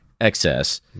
excess